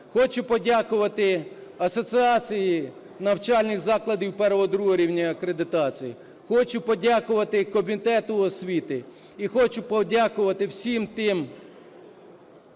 Хочу подякувати Асоціації навчальних закладів І-ІІ рівня акредитації. Хочу подякувати Комітету освіти, і хочу подякувати всім тим